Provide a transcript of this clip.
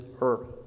earth